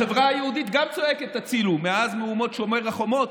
גם החברה היהודית צועקת הצילו מאז מהומות שומר החומות.